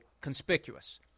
conspicuous